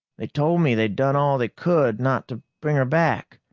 they told me they'd done all they could, not to bring her back.